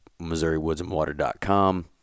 MissouriWoodsandWater.com